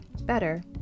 better